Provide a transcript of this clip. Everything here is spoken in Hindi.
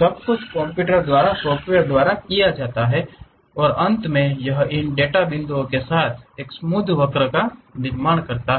सब कुछ कंप्यूटर द्वारा सॉफ्टवेर द्वारा किया जाता है और अंत में यह इन डेटा बिंदुओं के साथ एक स्मूध वक्र का निर्माण करता है